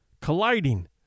colliding